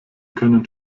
können